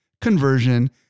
conversion